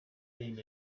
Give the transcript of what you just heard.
been